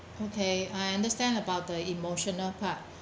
okay I understand about the emotional part